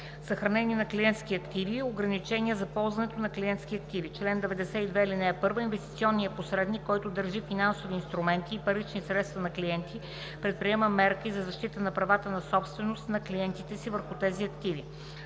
„Съхранение на клиентски активи. Ограничения за ползването на клиентски активи Чл. 92. (1) Инвестиционният посредник, който държи финансови инструменти и парични средства на клиенти, предприема мерки за защита на правата на собственост на клиентите си върху тези активи.